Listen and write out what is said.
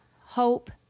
hope